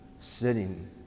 sitting